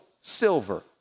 silver